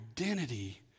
identity